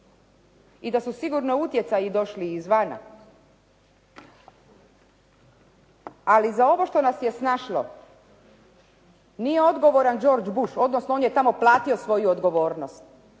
i da su sigurno utjecaji došli izvana. Ali za ovo što nas je snašlo nije odgovoran George Bush, odnosno on je tamo platio svoju odgovornost,